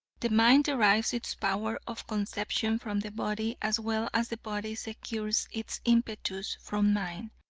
the mind derives its power of conception from the body, as well as the body secures its impetus from mind,